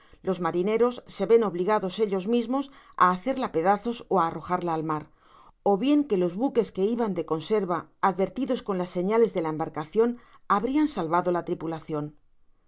los marineros se ven obligados ellos mismos á hacerla pedazos ó á arrojarla al mar ó bien que los buques que iban de conserva advertidos con las señales de la embarcacion habrian salvado la tripulacion